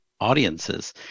audiences